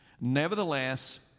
Nevertheless